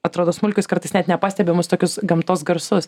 atrodo smulkius kartais net nepastebimus tokius gamtos garsus